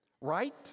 Right